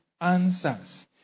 answers